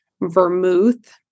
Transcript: vermouth